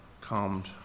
calmed